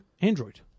Android